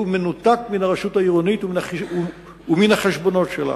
שהוא מנותק מן הרשות העירונית ומן החשבונות שלה.